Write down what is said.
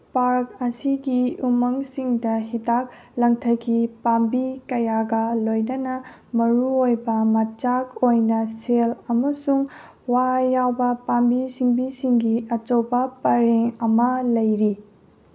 park ꯑꯁꯤꯒꯤ ꯎꯃꯪꯁꯤꯡꯗ ꯍꯤꯗꯥꯛ ꯂꯪꯊꯛꯀꯤ ꯄꯥꯝꯕꯤ ꯀꯌꯥꯒ ꯂꯣꯏꯅꯅ ꯃꯔꯨ ꯑꯣꯏꯕ ꯃꯆꯥꯛ ꯑꯣꯏꯅ ꯁꯦꯜ ꯑꯃꯁꯨꯡ ꯋꯥ ꯌꯥꯎꯕ ꯄꯥꯝꯕꯤ ꯁꯤꯡꯕꯤꯁꯤꯡꯒꯤ ꯑꯆꯧꯕ ꯄꯔꯦꯡ ꯑꯃ ꯂꯩꯔꯤ